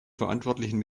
verantwortlichen